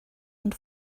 and